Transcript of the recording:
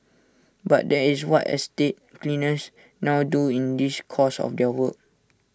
but that is what estate cleaners now do in this course of their work